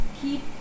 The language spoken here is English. keep